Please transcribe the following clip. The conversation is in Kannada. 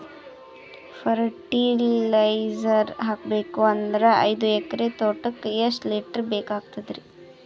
ಫರಟಿಲೈಜರ ಹಾಕಬೇಕು ಅಂದ್ರ ಐದು ಎಕರೆ ತೋಟಕ ಎಷ್ಟ ಲೀಟರ್ ಬೇಕಾಗತೈತಿ?